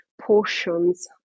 portions